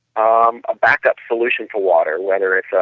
um a backup solution for water whether it's a,